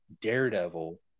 Daredevil